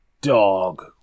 DOG